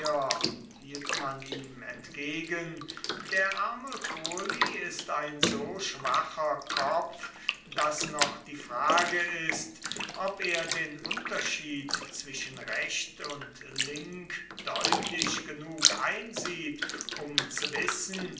der arme kurli ist ein so schwacher kopf daß noch die frage ist ob er den unterschied zwischen recht und link deutlich genug einsieht um zu wissen